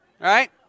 right